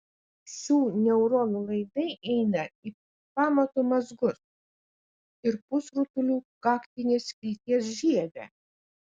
šių neuronų laidai eina į pamato mazgus ir pusrutulių kaktinės skilties žievę